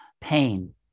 pain